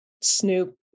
snoop